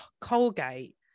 Colgate